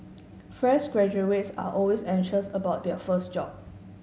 fresh graduates are always anxious about their first job